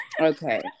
Okay